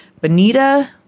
bonita